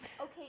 Okay